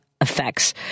effects